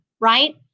right